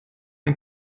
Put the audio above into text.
ein